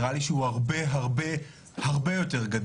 כי הרב קובי,